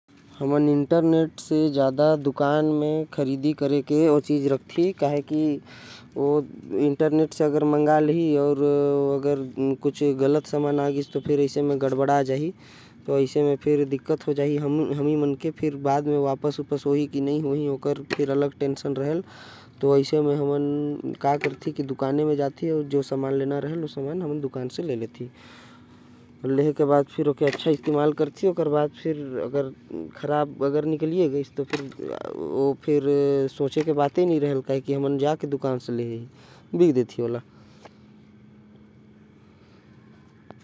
हमन इंटरनेट से ज्यादा ओ चीज रखथी की हमन दुकान ले सामान लेथी। काहे बर की इंटरनेट से आएल सामान हर अगर खराब हो गए तो। वापस करे बर दिक्क़त हो ही दुकान के सामान के का है। ओहर तो वापस हो सकेल चलिस तो ठीक नही तो वापस दुकान में फेक देहब।